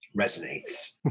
resonates